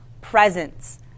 presence